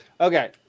okay